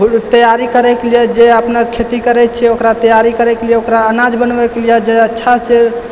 तैयारी करैके लिए जे अपनेके खेती करै छियै ओकरा तैयारी करैके लिए ओकरा अनाज बनबैके लिए जे अच्छा जे